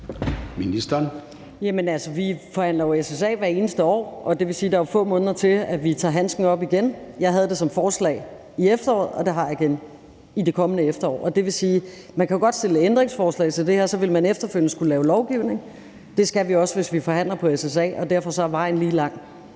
Vi forhandler jo SSA hvert eneste år, og det vil sige, at der er få måneder til, at vi tager handsken op igen. Jeg havde det som forslag i efteråret, og det har jeg igen i det kommende efterår. Så man kan jo godt stille ændringsforslag til det her, og så ville man efterfølgende skulle lave lovgivning. Det skal vi også, hvis vi forhandler om SSA, så derfor er vejen lige lang.